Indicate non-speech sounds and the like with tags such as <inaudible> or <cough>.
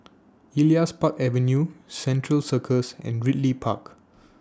<noise> Elias Park Avenue Central Circus and Ridley Park